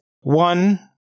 One